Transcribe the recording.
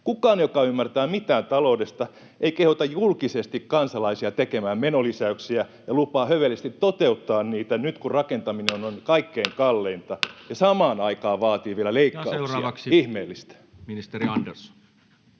Kukaan, joka ymmärtää mitään taloudesta, ei kehota julkisesti kansalaisia tekemään menolisäyksiä ja lupaa hövelisti toteuttaa niitä nyt, kun rakentaminen on kaikkein kalleinta, ja samaan aikaan vaadi vielä leikkauksia. Ihmeellistä.